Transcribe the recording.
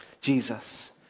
Jesus